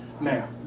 Now